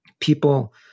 people